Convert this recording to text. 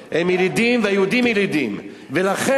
הפלסטינים הם ילידים או לא ילידים?